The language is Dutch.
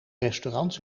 restaurants